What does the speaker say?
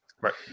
Right